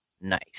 nice